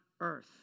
earth